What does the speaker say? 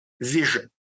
vision